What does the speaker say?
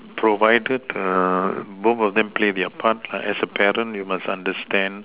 provided err both of them play their part lah as a parent you must understand